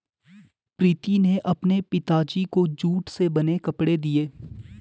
प्रीति ने अपने पिताजी को जूट से बने कपड़े दिए